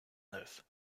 neuve